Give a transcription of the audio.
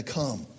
come